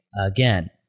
again